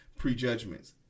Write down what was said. prejudgments